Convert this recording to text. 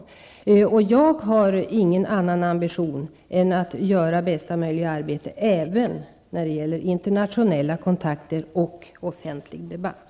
Jag har ingen annan ambition än att göra bästa möjliga arbete även när det gäller internationella kontakter och offentlig debatt.